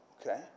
Okay